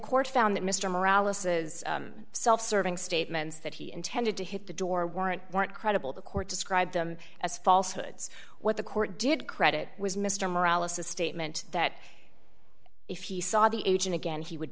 court found that mr morale ases self serving statements that he intended to hit the door warrant weren't credible the court described them as falsehoods what the court did credit was mr morale a statement that if he saw the agent again he would